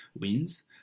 wins